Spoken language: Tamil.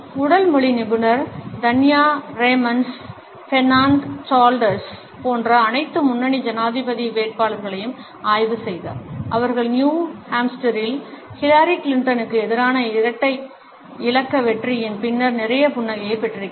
உடல் மொழி நிபுணர் தன்யா ரேமண்ட்ஸ் பெர்னார்ட் சாண்டர்ஸ் போன்ற அனைத்து முன்னணி ஜனாதிபதி வேட்பாளர்களையும் ஆய்வு செய்தார் அவர்கள் நியூ ஹாம்ஸ்டரில் ஹிலாரி கிளிண்டனுக்கு எதிரான இரட்டை இலக்க வெற்றியின் பின்னர் நிறைய புன்னகையைப் பெற்றிருக்கிறார்கள்